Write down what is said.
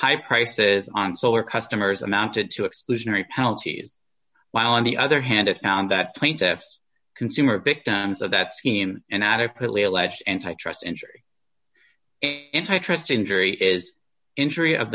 high prices on solar customers amounted to exclusionary penalties while on the other hand it found that plaintiffs consumer victims of that scheme and adequately alleged antitrust injury antitrust injury is injury